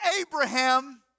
Abraham